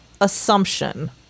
assumption